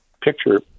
picture